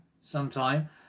sometime